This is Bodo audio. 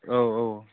औ औ